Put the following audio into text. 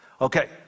Okay